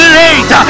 late